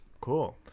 cool